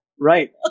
right